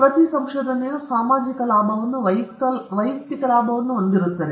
ಪ್ರತಿ ಸಂಶೋಧನೆಯೂ ಸಾಮಾಜಿಕ ಲಾಭವನ್ನು ವೈಯಕ್ತಿಕ ಲಾಭವನ್ನು ಹೊಂದಿರುತ್ತದೆ